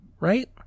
right